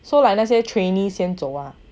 so like let's say trainee 先走啊 yeah it is cheaper